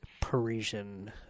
Parisian